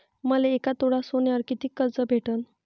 मले एक तोळा सोन्यावर कितीक कर्ज भेटन?